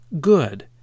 good